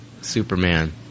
Superman